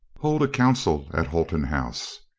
hold a coun cil at holton house.